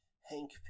Hank